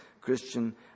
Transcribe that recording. Christian